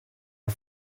are